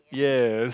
yes